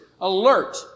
alert